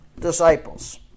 disciples